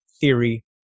Theory